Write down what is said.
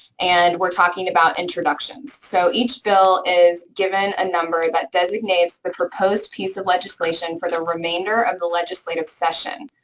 and we're talking about introductions. so each bill is given a number that designates the proposed piece of legislation for the remainder of the legislative session.